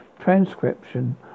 transcription